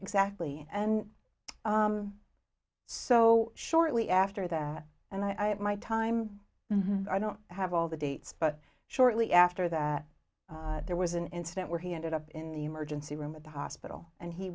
exactly and so shortly after that and i had my time i don't have all the dates but shortly after that there was an incident where he ended up in the emergency room at the hospital and he